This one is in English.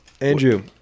Andrew